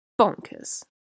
bonkers